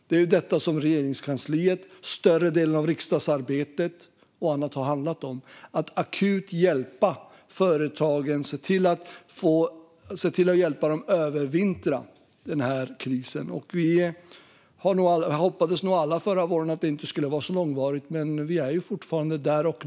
Det är detta Regeringskansliets arbete, större delen av riksdagsarbetet och annat har handlat om: att akut hjälpa företagen att övervintra den här krisen. Vi hoppades nog alla förra våren att det inte skulle bli så långvarigt, men vi är fortfarande där.